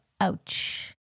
ouch